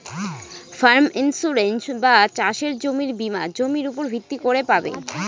farm insurance বা চাসের জমির বীমা জমির উপর ভিত্তি করে পাবে